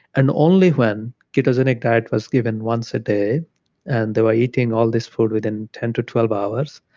and only when ketogenic diet was given once a day and they were eating all this food within ten to twelve hours,